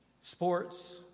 sports